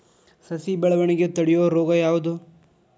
ಸಸಿ ಬೆಳವಣಿಗೆ ತಡೆಯೋ ರೋಗ ಯಾವುದು?